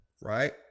right